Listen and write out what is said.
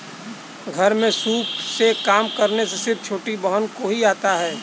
घर में सूप से काम करना सिर्फ छोटी बहन को ही आता है